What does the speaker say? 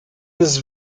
this